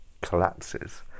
collapses